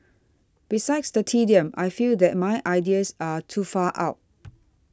besides the tedium I feel that my ideas are too far out